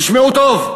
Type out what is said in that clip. תשמעו טוב.